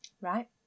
Right